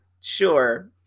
sure